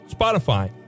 Spotify